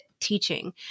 teaching